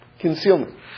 Concealment